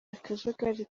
akajagari